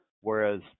whereas